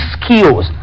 skills